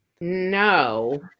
No